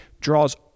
draws